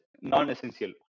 non-essential